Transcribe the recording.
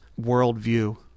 worldview